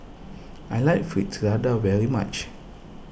I like Fritada very much